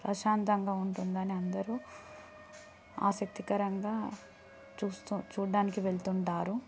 ప్రశాంతంగా ఉంటుందని అందరు ఆసక్తికరంగా చూస్తూ చూడ్డానికి వెళ్తుంటారు